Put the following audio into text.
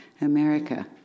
America